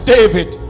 David